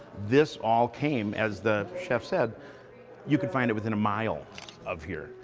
this all came as the chef said you could find it within a mile of here.